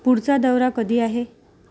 पुढचा दौरा कधी आहे